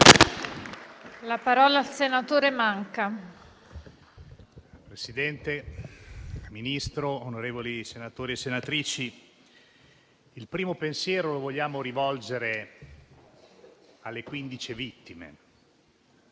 Presidente, Ministro, onorevoli senatori e senatrici, il primo pensiero lo vogliamo rivolgere alle 15 vittime.